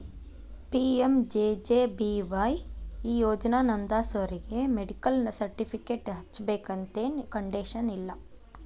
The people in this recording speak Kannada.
ಪಿ.ಎಂ.ಜೆ.ಜೆ.ಬಿ.ವಾಯ್ ಈ ಯೋಜನಾ ನೋಂದಾಸೋರಿಗಿ ಮೆಡಿಕಲ್ ಸರ್ಟಿಫಿಕೇಟ್ ಹಚ್ಚಬೇಕಂತೆನ್ ಕಂಡೇಶನ್ ಇಲ್ಲ